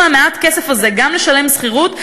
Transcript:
גם יצטרכו ממעט הכסף הזה לשלם שכירות,